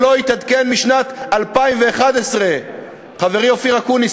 שלא התעדכן משנת 2011. חברי אופיר אקוניס,